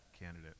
candidate